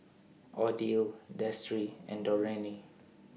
Odile Destry and Dorene